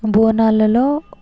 బోనాలలో